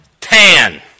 tan